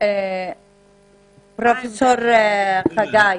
--- פרופסור חגי,